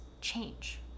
change